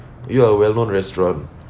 you're a well-known restaurant